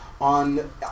on